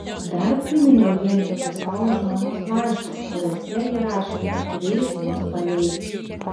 dar priminiau henrikui savo žmonos laiškus kuriuose ji rašė kad greit mus paleis